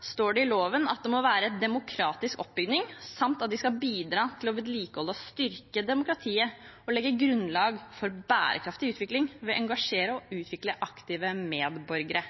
står det i loven at det må være «demokratisk oppbygning», samt at de skal «bidra til å vedlikeholde og styrke demokratiet og legge grunnlag for bærekraftig utvikling ved å engasjere og utvikle aktive medborgere».